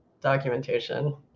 documentation